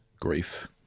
grief